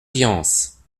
viance